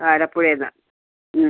ആലപ്പുഴയിൽ നിന്ന് അ